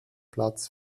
platz